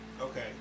Okay